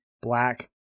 black